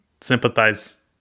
sympathize